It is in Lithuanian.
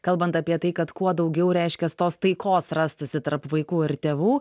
kalbant apie tai kad kuo daugiau reiškias tos taikos rastųsi tarp vaikų ar tėvų